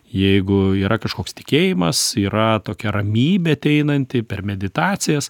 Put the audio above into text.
jeigu yra kažkoks tikėjimas yra tokia ramybė ateinanti per meditacijas